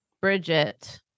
Bridget